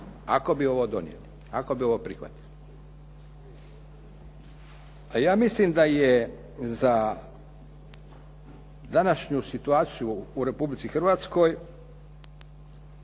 Ako bi ovo donijeli. Ako bi ovo prihvatili. Ja mislim da je za današnju situaciju u Republici Hrvatskoj